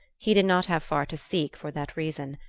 he did not have far to seek for that reason.